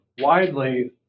widely